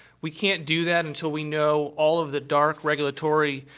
we can't do that until we know all of the dark, regulatory,